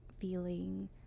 feeling